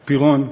פירון,